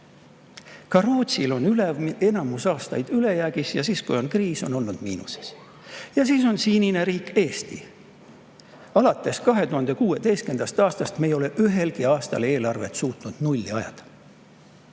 Ka Rootsil on olnud enamus aastaid ülejäägis ja siis, kui on kriis, on ta olnud miinuses. Ja siis on sinine riik, Eesti. Alates 2016. aastast ei ole me ühelgi aastal suutnud eelarvet nulli ajada.